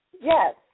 Yes